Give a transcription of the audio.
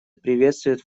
приветствует